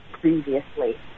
previously